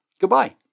goodbye